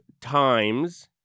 Times